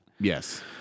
Yes